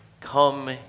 come